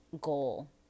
goal